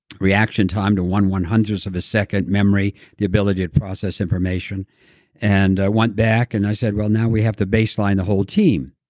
reaction time to one one hundred of a second memory, the ability to process information and went back and i said, well, now we have to baseline the whole team,